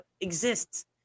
exists